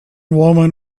woman